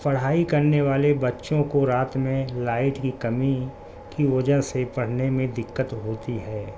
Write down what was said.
پڑھائی کرنے والے بچوں کو رات میں لائٹ کی کمی کی وجہ سے پڑھنے میں دقت ہوتی ہے